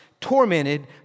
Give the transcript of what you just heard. tormented